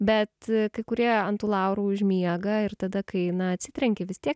bet kai kurie ant tų laurų užmiega ir tada kai na atsitrenki vis tiek